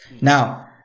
now